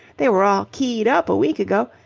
they were all keyed up a week ago,